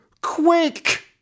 Quick